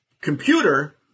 computer